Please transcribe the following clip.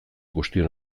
guztion